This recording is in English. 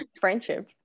Friendship